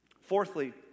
Fourthly